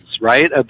right